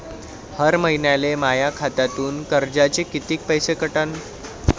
हर महिन्याले माह्या खात्यातून कर्जाचे कितीक पैसे कटन?